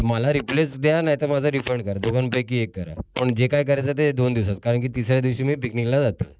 मला रिप्लेस द्या नाहीतर माझं रिफंड करा दोघांपैकी एक करा पण जे काय करायचं ते दोन दिवसात कारण की तिसऱ्या दिवशी मी पिकनिकला जातो आहे